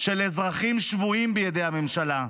של אזרחים שבויים בידי הממשלה.